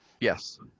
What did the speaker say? Yes